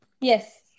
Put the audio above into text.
Yes